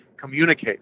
communicate